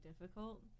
difficult